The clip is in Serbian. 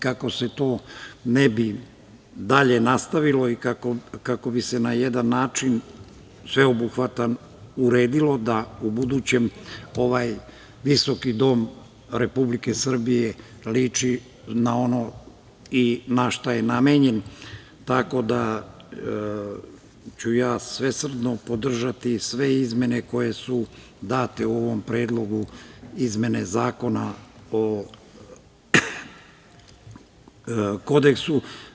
Kako se to ne bi dalje nastavilo i kako bi se na jedan sveobuhvatan način uredilo, da u buduće ovaj dom Republike Srbije liči na ono na šta je namenjen, tako da ću podržati sve izmene koje su date u ovom predlogu izmene Zakona o kodeksu.